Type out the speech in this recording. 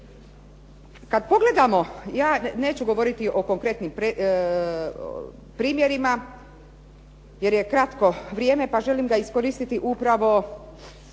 Kad pogledamo, ja neću govoriti o konkretnim primjerima jer je kratko vrijeme pa želim ga iskoristiti upravo